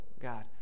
God